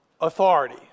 authority